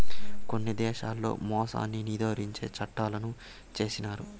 కొన్ని దేశాల్లో మోసాన్ని నిరోధించే చట్టంలను చేసినారు